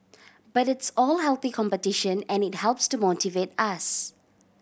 but it's all healthy competition and it helps to motivate us